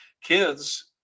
kids